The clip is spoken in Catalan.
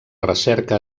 recerca